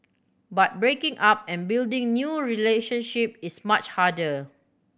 but breaking up and building new relationship is much harder